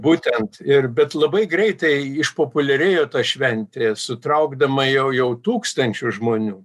būtent ir bet labai greitai išpopuliarėjo ta šventė sutraukdama jau jau tūkstančius žmonių